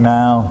now